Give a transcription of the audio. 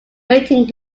waiting